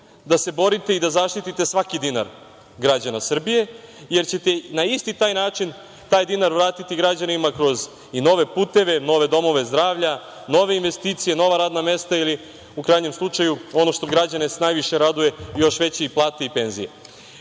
da se borite i da zaštite svaki dinar građana Srbije, jer ćete na isti taj način taj dinar vratiti građanima kroz i nove puteve i nove domove zdravlja, nove investicije, nova radna mesta ili u krajnjem slučaju, ono što građane najviše raduje, još veće plate i penzije. Završiću